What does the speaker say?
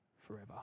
forever